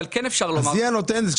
היא הנותנת.